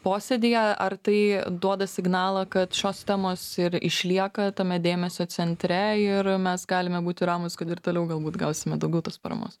posėdyje ar tai duoda signalą kad šios temos ir išlieka tame dėmesio centre ir mes galime būti ramūs kad ir toliau galbūt gausime daugiau tos paramos